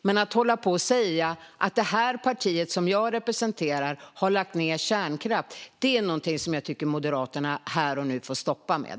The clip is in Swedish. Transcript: Men att säga att det parti som jag representerar har lagt ned kärnkraft är någonting som jag tycker att Moderaterna får sluta med.